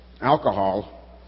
alcohol